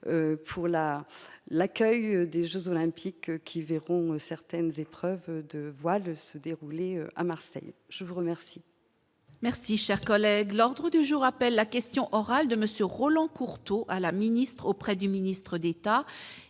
l'art, l'accueil des Jeux olympiques qui verront certaines épreuves de voile se dérouler à Marseille, je vous remercie.